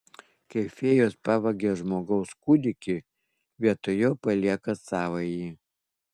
kai fėjos pavagia žmogaus kūdikį vietoj jo palieka savąjį